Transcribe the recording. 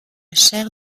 chaire